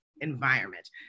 environment